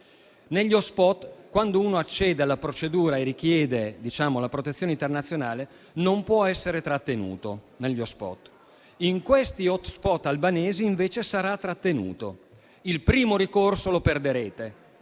semplicissima. Quando uno accede alla procedura e richiede la protezione internazionale, non può essere trattenuto negli *hotspot*. In questi *hotspot* albanesi, invece, sarà trattenuto. Il primo ricorso lo perderete,